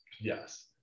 Yes